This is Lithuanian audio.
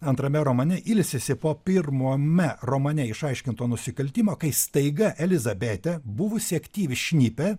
antrame romane ilsisi po pirmame romane išaiškinto nusikaltimo kai staiga elizabėtė buvusi aktyvi šnipė